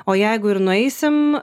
o jeigu ir nueisim